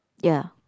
ya